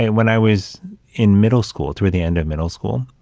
and when i was in middle school, toward the end of middle school,